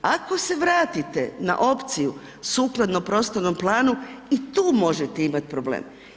Ako se vratite na opciju sukladno prostornom planu i tu možete imati problem.